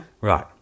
Right